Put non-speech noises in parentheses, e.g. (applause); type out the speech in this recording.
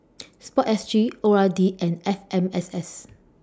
(noise) Sport S G O R D and F M S S